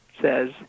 says